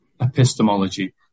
epistemology